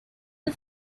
the